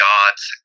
God's